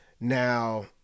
Now